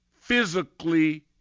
physically